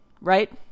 right